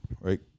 right